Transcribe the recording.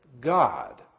God